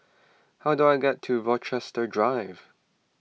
how do I get to Rochester Drive